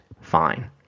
fine